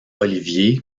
olivier